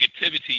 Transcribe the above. negativity